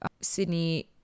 Sydney